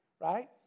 right